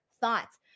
Thoughts